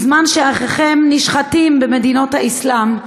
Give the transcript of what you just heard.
בזמן שאחיכם נשחטים במדינות האסלאם,